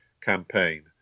campaign